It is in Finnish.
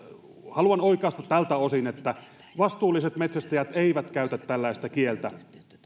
haluan oikaista tältä osin että vastuulliset metsästäjät eivät käytä tällaista kieltä